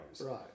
Right